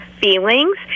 feelings